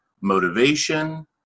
motivation